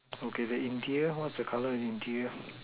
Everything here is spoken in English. okay the interior what the colour of the interior